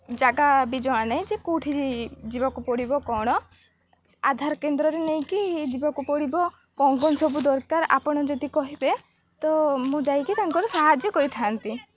ଜାଗା ବି ଜଣାନାହିଁ ଯେ କେଉଁଠି ଯିବାକୁ ପଡ଼ିବ କ'ଣ ଆଧାର କେନ୍ଦ୍ରରେ ନେଇକି ଯିବାକୁ ପଡ଼ିବ କ'ଣ କ'ଣ ସବୁ ଦରକାର ଆପଣ ଯଦି କହିବେ ତ ମୁଁ ଯାଇକି ତାଙ୍କର ସାହାଯ୍ୟ କରିଥାନ୍ତି